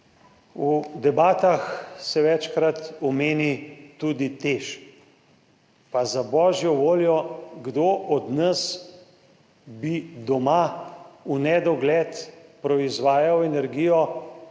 V debatah se večkrat omeni tudi Teš. Pa za božjo voljo, kdo od nas bi doma v nedogled proizvajal energijo